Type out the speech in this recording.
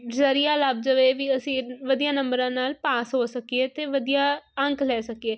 ਜ਼ਰੀਆ ਲੱਭ ਜਾਵੇ ਵੀ ਅਸੀਂ ਵਧੀਆ ਨੰਬਰਾਂ ਨਾਲ ਪਾਸ ਹੋ ਸਕੀਏ ਅਤੇ ਵਧੀਆ ਅੰਕ ਲੈ ਸਕੀਏ